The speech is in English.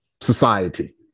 society